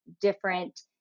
different